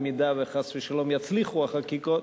במידה שחס ושלום יצליחו החקיקות,